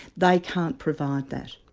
they can't provide that.